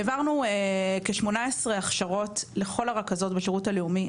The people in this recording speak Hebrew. העברנו כ-18 הכשרות לכל הרכזות בשירות לאומי.